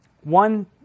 one